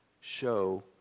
show